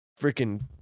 freaking